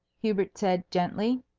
hubert said gently.